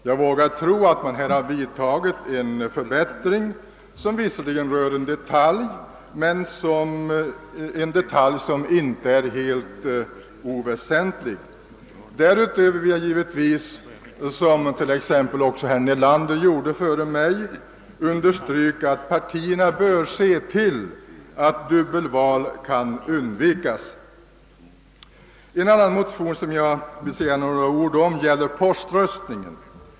Jag vågar tro, att man här vidtagit en förbättring, som visserligen rör en detalj men en icke helt oväsentlig sådan. Därutöver vill jag givetvis, som t.ex. också herr Nelander gjorde före mig, understryka att partierna bör se till att dubbelval kan undvikas. En annan motion, som jag vill säga några ord om, gäller poströstningen.